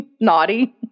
naughty